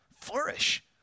flourish